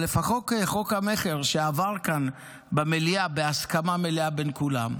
אבל לפחות חוק המכר שעבר כאן במליאה בהסכמה מלאה בין כולם,